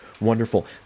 wonderful